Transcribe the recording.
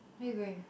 where you going